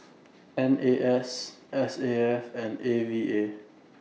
N A S S A F and A V A